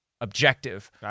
objective